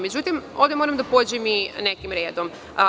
Međutim, ovde moram da pođem nekim redom.